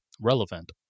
relevant